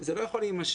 זה לא יכול להימשך.